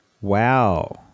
Wow